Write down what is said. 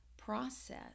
Process